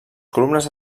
columnes